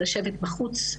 לשבת בחוץ,